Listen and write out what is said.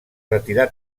retirar